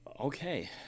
okay